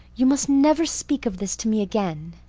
you must never speak of this to me again.